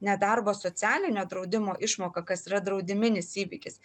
nedarbo socialinio draudimo išmoką kas yra draudiminis įvykis